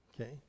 Okay